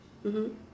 mmhmm